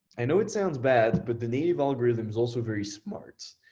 i know it sounds bad, but the native algorithm is also very smart.